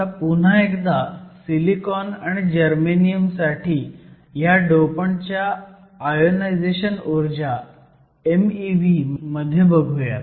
आता पुन्हा एकदा सिलिकॉन आणि जर्मेनियम साठी ह्या डोपंटच्या आयोनायझेशन ऊर्जा mev मध्ये बघुयात